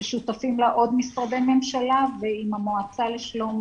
ששותפים לה עוד משרדי ממשלה והמועצה לשלום